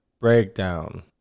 breakdown